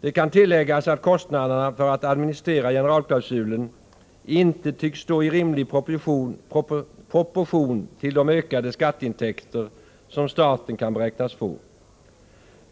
Det kan tilläggas att kostnaderna för att administrera generalklausulen inte tycks stå i rimlig proportion till de ökade skatteintäkter som staten beräknas få.